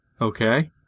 okay